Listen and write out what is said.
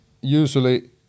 usually